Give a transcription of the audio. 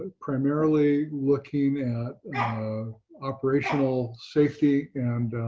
ah primarily looking at operational safety and